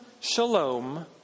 shalom